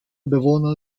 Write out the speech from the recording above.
bewohner